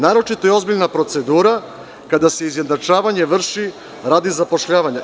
Naročito je ozbiljna procedura kada se izjednačavanje vrši radi zapošljavanja.